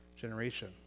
generation